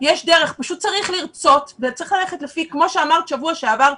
ופשוט צריך לרצות וצריך ללכת כמו שאת אמרת בשבוע שעבר,